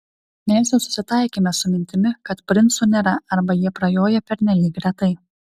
mes jau susitaikėme su mintimi kad princų nėra arba jie prajoja pernelyg retai